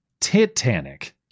titanic